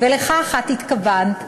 ולכך את התכוונת,